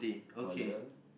collar